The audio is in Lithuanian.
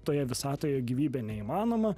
toje visatoje gyvybė neįmanoma